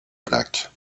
plaque